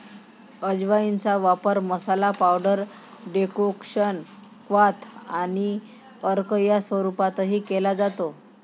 अजवाइनचा वापर मसाला, पावडर, डेकोक्शन, क्वाथ आणि अर्क या स्वरूपातही केला जातो